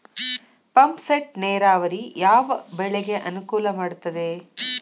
Pump set ನೇರಾವರಿ ಯಾವ್ ಬೆಳೆಗೆ ಅನುಕೂಲ ಮಾಡುತ್ತದೆ?